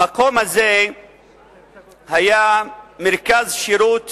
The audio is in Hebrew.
המקום הזה היה מרכז שירות